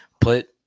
put